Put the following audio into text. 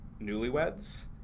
newlyweds